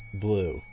blue